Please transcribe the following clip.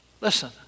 Listen